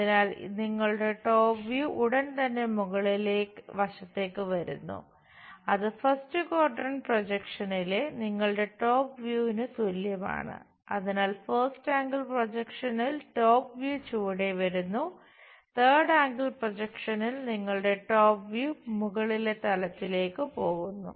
അതിനാൽ നിങ്ങളുടെ top view മുകളിലെ തലത്തിലേക്ക് പോകുന്നു